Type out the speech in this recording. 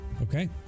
Okay